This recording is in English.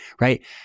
Right